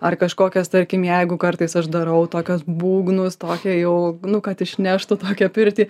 ar kažkokias tarkim jeigu kartais aš darau tokios būgnus tokią jau nu kad išneštų tokią pirtį